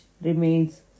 remains